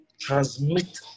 transmit